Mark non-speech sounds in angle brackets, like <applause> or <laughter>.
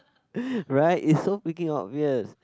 <breath> right it's so freaking obvious